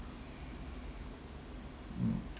mm